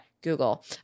Google